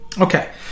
Okay